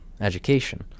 education